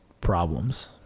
problems